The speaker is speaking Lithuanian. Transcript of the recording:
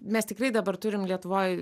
mes tikrai dabar turim lietuvoj